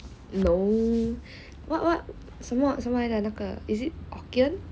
no what what 什么什么来的 is it hokkien